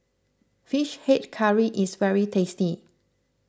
Fish Head Curry is very tasty